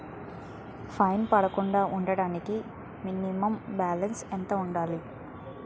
Fine పడకుండా ఉండటానికి minimum balance ఎంత ఉండాలి?